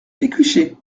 pécuchet